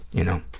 you know,